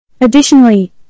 Additionally